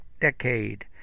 decade